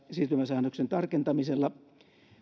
siirtymäsäännöksen tarkentamisella